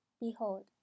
Behold